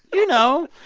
you know?